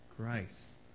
Grace